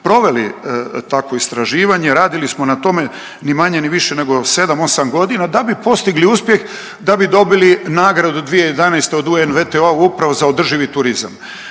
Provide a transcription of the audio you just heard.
proveli takvo istraživanje, radili smo na tome ni manje ni više nego sedam, osam godina da bi dobili uspjeh da bi dobili nagradu 2011. od UNWTO-a upravo za održivi turizma.